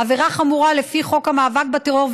עבירה חמורה לפי חוק המאבק בטרור,